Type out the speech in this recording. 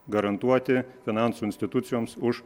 garantuoti finansų institucijoms už